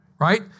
right